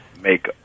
make